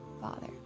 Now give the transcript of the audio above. Father